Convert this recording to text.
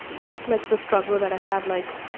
that's like the struggle that i have, like.